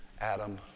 Adam